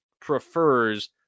prefers